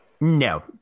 No